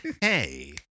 Hey